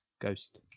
Ghost